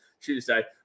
Tuesday